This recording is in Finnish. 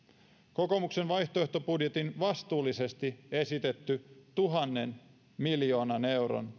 kokoomuksen vaihtoehtobudjetin vastuullisesti esitetty tuhannen miljoonan euron